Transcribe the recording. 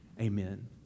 Amen